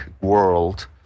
world